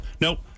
Nope